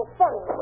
funny